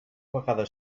vegada